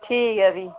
ठीक ऐ भी